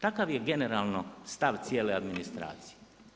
Takav je generalno stav cijele administracije.